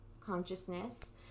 consciousness